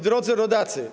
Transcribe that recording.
Drodzy Rodacy!